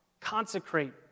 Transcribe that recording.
Consecrate